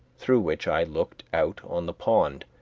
through which i looked out on the pond,